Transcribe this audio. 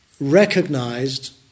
recognized